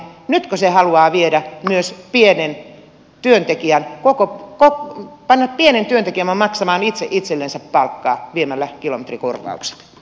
nytkö se haluaa myös panna pienen työntekijän maksamaan itse itsellensä palkkaa viemällä kilometrikorvaukset